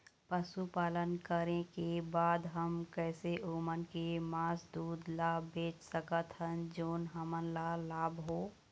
पशुपालन करें के बाद हम कैसे ओमन के मास, दूध ला बेच सकत हन जोन हमन ला लाभ हो?